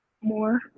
more